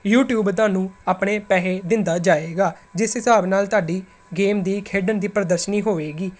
YouTube ਤੁਹਾਨੂੰ ਆਪਣੇ ਪੈਸੇ ਦਿੰਦਾ ਜਾਵੇਗਾ ਜਿਸ ਹਿਸਾਬ ਨਾਲ ਤੁਹਾਡੀ ਗੇਮ ਦੀ ਖੇਡਣ ਦੀ ਪ੍ਰਦਰਸ਼ਨੀ ਹੋਵੇਗੀ